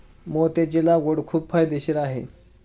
मोत्याची लागवड खूप फायदेशीर आहे